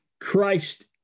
Christ